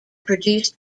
produced